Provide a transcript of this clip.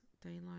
daylight